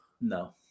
No